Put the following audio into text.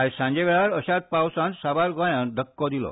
आज सांजवेळार अशाच पावसान साबार गोंयांत धक्को दिलो